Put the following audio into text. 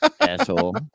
Asshole